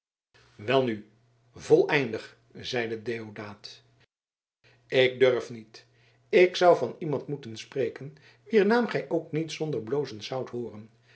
welnu voleindig zeide deodaat ik durf niet ik zou van iemand moeten spreken wier naam gij ook niet zonder blozen zoudt hooren